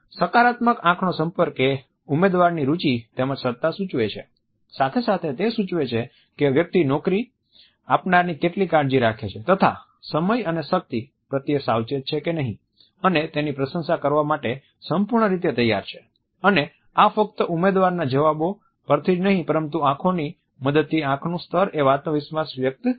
સકારાત્મક આંખનો સંપર્ક એ ઉમેદવારની રુચિ તેમજ સજ્જતા સૂચવે છે સાથે સાથે તે સૂચવે છે કે વ્યક્તિ નોકરી આપનારની કેટલી કાળજી રાખે છે તથા સમય અને શક્તિ પ્રત્યે સાવચેત છે કે નહી અને તેની પ્રશંસા કરવા માટે સંપૂર્ણ રીતે તૈયાર છે અને આ ફક્ત ઉમેદવારના જવાબો પરથી જ નથી પરંતુ આંખોની મદદથી આંખનું સ્તર એ આત્મવિશ્વાસ વ્યક્ત કરે છે